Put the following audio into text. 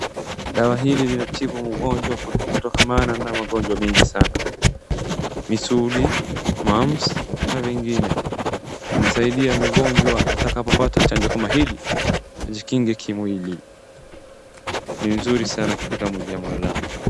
Dawa hili linatibu magojwa kutokamana na magonjwa mengi sana, misuli mumps na vingine. Inasaidia mgonjwa atakapopata chanjo kama hili ajikinge kimwili, ni vizuri sana katika mwili ya mwanadamu.